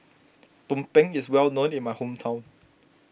Tumpeng is well known in my hometown